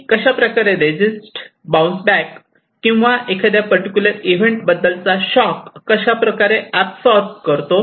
मी कशाप्रकारे resist bounce back किंवा एखाद्या पर्टीक्युलर इव्हेंट बद्दलचा शॉक कशाप्रकारे एप्ससॉरब करतो